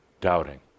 doubting